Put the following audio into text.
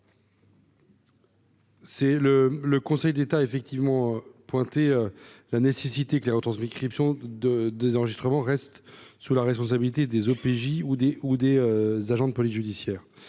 le Conseil d'État effectivement pointé la nécessité que les retransmis, création de 2 enregistrements reste sous la responsabilité des OPJ ou des ou des agents de police judiciaire,